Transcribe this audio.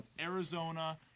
Arizona